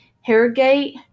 Harrogate